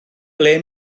ble